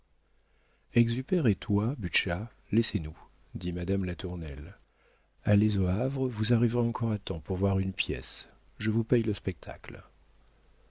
et toi butscha laissez-nous dit madame latournelle allez au havre vous arriverez encore à temps pour voir une pièce je vous paie le spectacle